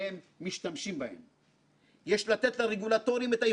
לא עוד מצב בו לכל היותר בכירים מחזירים בונוסים,